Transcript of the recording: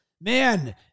man